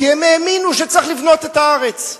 כי הם האמינו שצריך לבנות את הארץ.